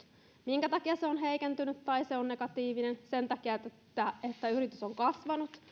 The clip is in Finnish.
minkä takia se on heikentynyt tai se on negatiivinen sen takia että yritys on kasvanut